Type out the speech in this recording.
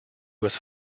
was